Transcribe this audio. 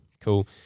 Cool